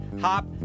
Hop